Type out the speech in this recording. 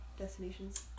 destinations